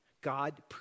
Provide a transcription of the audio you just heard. God